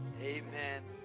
Amen